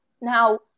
Now